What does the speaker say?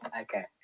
Okay